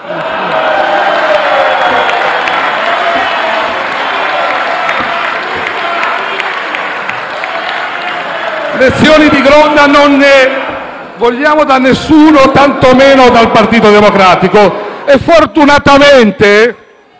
Lezioni di Gronda non ne vogliamo da nessuno, tantomeno dal Partito Democratico e, fortunatamente,